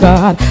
God